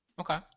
Okay